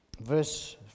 Verse